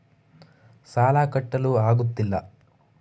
ಸಾಲ ಕಟ್ಟಲು ಆಗುತ್ತಿಲ್ಲ